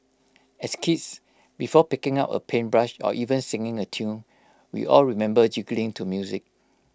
as kids before picking up A paintbrush or even singing A tune we all remember jiggling to music